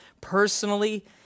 personally